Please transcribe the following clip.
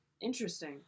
Interesting